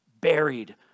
buried